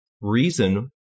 reason